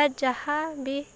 ବା ଯାହା ବିି